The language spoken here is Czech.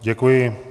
Děkuji.